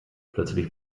plötzlich